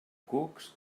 cucs